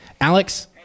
Alex